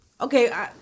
Okay